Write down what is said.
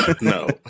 No